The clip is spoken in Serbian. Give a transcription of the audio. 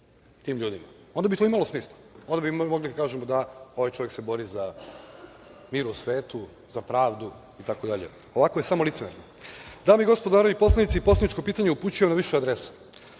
tim ljudima. Onda bi to imalo smisla, onda bismo mogli da kažemo da se ovaj čovek bori za mir u svetu, za pravdu itd. Ovako je samo licemeran. Dame i gospodo narodni poslanici, poslaničko pitanje upućujem na više adresa,